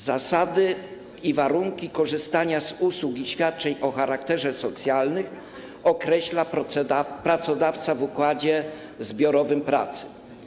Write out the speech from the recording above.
Zasady i warunki korzystania z usług i świadczeń o charakterze socjalnym określa pracodawca w układach zbiorowych pracy.